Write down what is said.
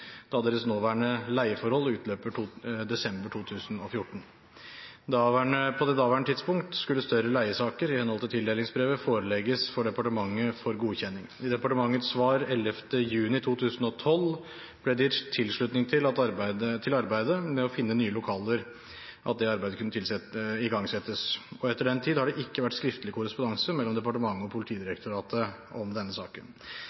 da deres nåværende leieforhold utløper desember 2014. På daværende tidspunkt skulle større leiesaker, iht. tildelingsbrevet, forelegges for departementet for godkjenning. I departementets svar 11.6.2012 ble det gitt tilslutning til at arbeidet med å finne nye lokaler kunne igangsettes, og etter den tid har det ikke vært skriftlig korrespondanse mellom departementet og Politidirektoratet om denne saken.